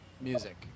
music